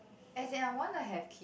as in I want to have kid